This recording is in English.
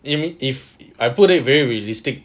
if if if I put it very realistic